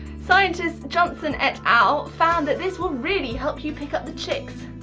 scientists johnsen et al. found that this will really help you pick up the chicks.